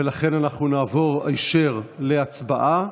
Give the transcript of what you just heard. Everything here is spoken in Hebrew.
ולכן אנחנו נעבור היישר להצבעה.